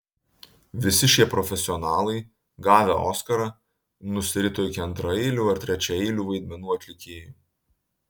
visi šie profesionalai gavę oskarą nusirito iki antraeilių ar trečiaeilių vaidmenų atlikėjų